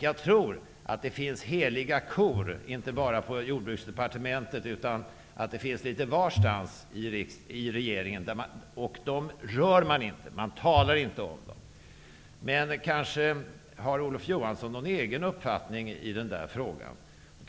Jag tror att det finns heliga kor, inte bara på Jordbruksdepartementet utan litet varstans i regeringen, och dem rör man inte, och man talar inte om dem. Men Olof Johansson kanske har någon egen uppfattning i den frågan.